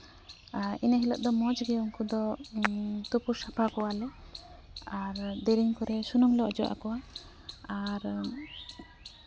ᱟᱨ ᱮᱱᱦᱤᱞᱳᱜ ᱫᱚ ᱢᱚᱡᱽ ᱜᱮ ᱩᱱᱠᱩ ᱫᱚ ᱛᱩᱯᱩ ᱥᱟᱯᱷᱟ ᱠᱚᱣᱟᱞᱮ ᱟᱨ ᱫᱮᱨᱮᱧ ᱠᱚᱨᱮᱜ ᱥᱩᱱᱩᱢ ᱞᱮ ᱚᱡᱚᱜ ᱟᱠᱚᱣᱟ ᱟᱨ